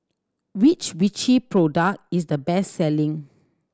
which Vichy product is the best selling